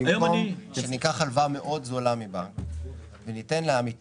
במקום שניקח הלוואה מאוד זולה מבנק וניתן לעמיתי